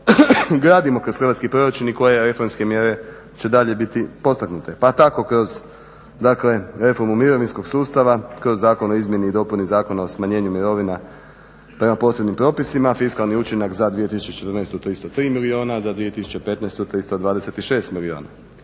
gradimo kroz hrvatski proračun i koje reformske mjere će dalje biti potaknute. Pa tako kroz, dakle reformu mirovinskog sustava, kroz Zakon o izmjeni i dopuni Zakona o smanjenju mirovina prema posebnim propisima fiskalni učinak za 2014. 303 milijuna, za 2015. 326 milijuna.